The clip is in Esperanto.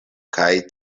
kaj